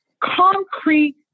concrete